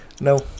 No